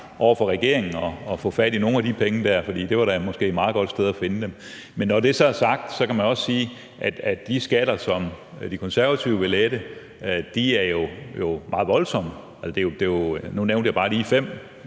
over for regeringen og få fat i nogle af de penge, fordi det måske var et meget godt sted at finde dem. Men når det er sagt, kan man også sige, at de skatter, som De Konservative vil lette, jo er meget voldsomme. Nu nævnte jeg bare lige fem